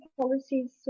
policies